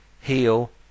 Heal